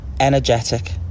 energetic